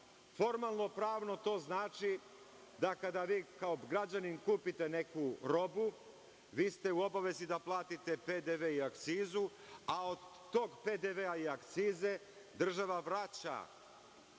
Formalno pravno to znači, da kada vi kao građanin kupite neku robu vi ste u obavezi da platite PDV i akcizu, a od tog PDV-a i akcize država vraća